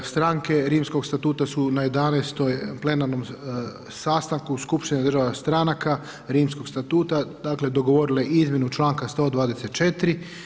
Stranke Rimskog statuta su na 11. plenarnom sastanku, skupštine države članaka, rimskog statuta dakle, dogovorile izmjenu članka 124.